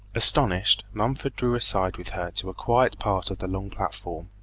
astonished, mumford drew aside with her to a quiet part of the long platform.